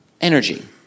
energy